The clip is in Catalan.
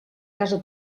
casa